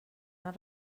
les